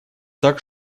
так